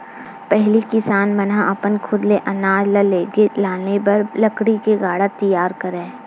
पहिली किसान मन ह अपन खुद ले अनाज ल लेगे लाने बर लकड़ी ले गाड़ा तियार करय